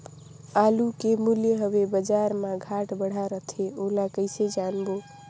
आलू के मूल्य हवे बजार मा घाट बढ़ा रथे ओला कइसे जानबो?